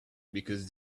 because